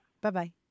Bye-bye